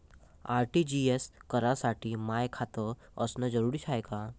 RTGS करासाठी माय खात असनं जरुरीच हाय का?